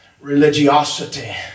Religiosity